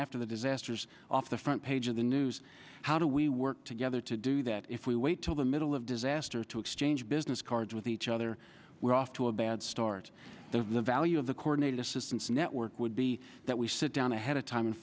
after the disasters off the front page of the news how do we work together to do that if we wait till the middle of disaster to exchange business cards with each other we're off to a bad start the value of the chordate assistance network would be that we sit down ahead of time and